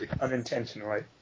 Unintentionally